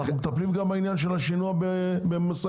מטפלים גם בנושא של השינוע במשאיות.